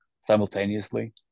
simultaneously